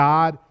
God